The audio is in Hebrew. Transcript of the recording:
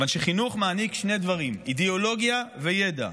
מכיוון שחינוך מעניק שני דברים: אידיאולוגיה וידע.